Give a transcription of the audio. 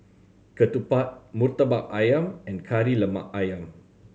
ketupat Murtabak Ayam and Kari Lemak Ayam